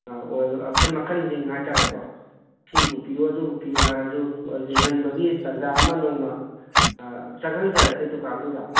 ꯃꯈꯟ ꯃꯈꯟꯁꯤꯡ ꯍꯥꯏꯇꯥꯔꯦꯀꯣ ꯁꯤꯕꯨ ꯄꯤꯌꯨ ꯑꯗꯨꯕꯨ ꯄꯤꯌꯨ ꯍꯥꯏꯔꯁꯨ ꯌꯦꯡꯍꯟꯕꯒꯤ ꯇꯟꯖꯥ ꯑꯃ ꯅꯣꯡꯃ ꯆꯪꯍꯟꯖꯔꯛꯀꯦ ꯗꯨꯀꯥꯟꯗꯨꯗ